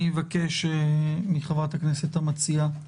אבקש מחברת הכנסת המציעה,